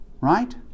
right